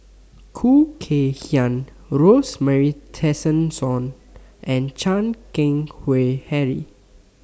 Khoo Kay Hian Rosemary Tessensohn and Chan Keng Howe Harry